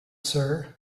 sir